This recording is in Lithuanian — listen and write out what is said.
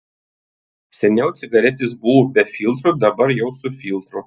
seniau cigaretės buvo be filtro dabar jau su filtru